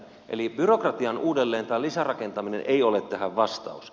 eli byrokratian uudelleen tai lisärakentaminen ei ole tähän vastaus